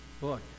book